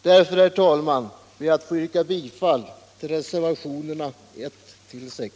Därför, herr talman, ber jag att få yrka bifall till reservationerna 1—6.